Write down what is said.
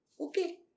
Okay